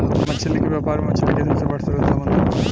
मछली के व्यापार में मछली के सबसे बड़ स्रोत समुंद्र हवे